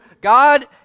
God